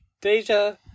Deja